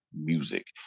music